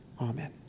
Amen